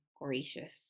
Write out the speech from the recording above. gracious